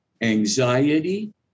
anxiety